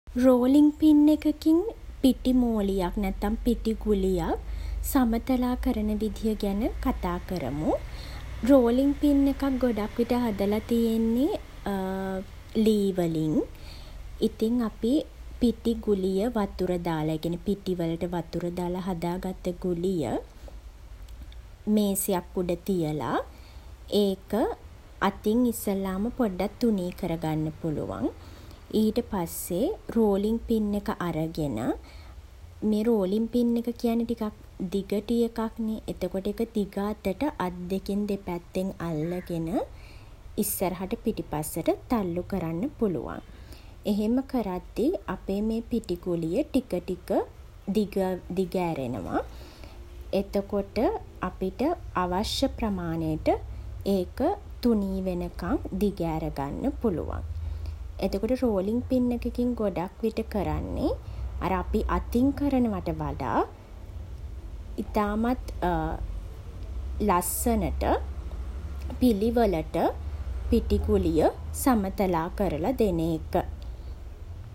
Rolling pin එකකින් පිටි මෝලියක් නැත්නම් පිටි ගුලියක් සමතලා කරන විදිය ගැන කතා කරමු. රෝලින් පින් එකක් ගොඩක් විට හදල තියෙන්නේ ලී වලින්. ඉතින් අපි පිටි ගුලිය වතුර දාලා ඒ කියන්නේ පිටි වලට වතුර දාල හදා ගත්ත ගුලිය, මේසයක් උඩ තියලා, ඒක අතින් ඉස්සෙල්ලාම පොඩ්ඩක් තුනී කරගන්න පුළුවන්. ඊට පස්සේ රෝලින් පින් එක අරගෙන, මේ රෝලින් පින් එක කියන්නේ ටිකක් දිගටි එකක්නෙ. එතකොට ඒක දිග අතට අත් දෙකෙන් දෙපැත්තෙන් අල්ලගෙන ඉස්සරහට පිටිපස්සට තල්ලු කරන්න පුළුවන්. එහෙම කරද්දි අපේ මේ පිටි ගුලිය ටික ටික දිග ඇරෙනවා. එතකොට අපිට අවශ්‍ය ප්‍රමාණයට ඒක තුනී වෙනකම් දිග ඇරගන්න පුළුවන්. එතකොට රෝලින් පින් එකකින් ගොඩක් විට කරන්නේ, අර අපි අතින් කරනවට වඩා ඉතාමත් ලස්සනට පිළිවලට පිටි ගුලිය සමතලා කරල දෙන එක.